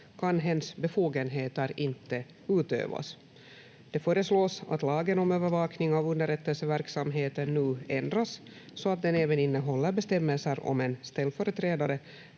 kan hens befogenheter inte utövas. Det föreslås att lagen om övervakning av underrättelseverksamheten nu ändras så att den även innehåller bestämmelser om en ställföreträdare